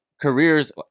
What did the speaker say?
careers